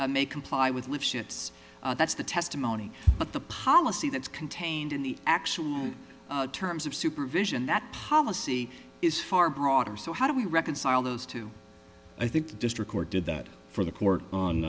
and may comply with lifshitz that's the testimony but the policy that's contained in the actual terms of supervision that policy is far broader so how do we reconcile those two i think the district court did that for the court on